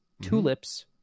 tulips